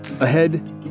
Ahead